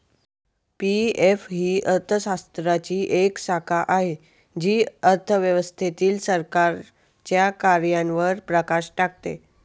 PF ही अर्थशास्त्राची एक शाखा आहे जी अर्थव्यवस्थेतील सरकारच्या कार्यांवर प्रकाश टाकते